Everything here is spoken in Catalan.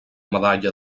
medalla